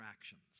actions